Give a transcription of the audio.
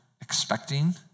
expecting